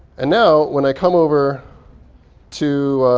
and now, when i come over to